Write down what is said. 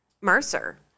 Mercer